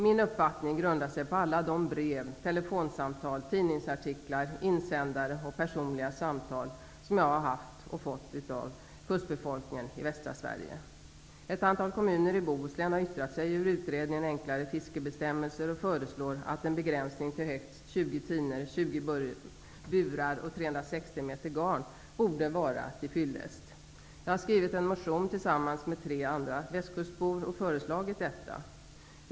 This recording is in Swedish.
Min uppfattning grundar sig på alla de brev, telefonsamtal, tidningsartiklar, insändare och personliga samtal som jag har fått av och haft med kustbefolkningen i västra Sverige. Ett antal kommuner i Bohuslän har yttrat sig över utredningen Enklare fiskebestämmelser och ansett att en begränsning till högst 20 tinor, 20 burar och 360 meter garn borde vara till fyllest. Jag har skrivit en motion tillsammans med tre andra västkustbor och föreslagit detta.